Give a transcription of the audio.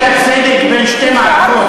האי-צדק בין שתי מערכות,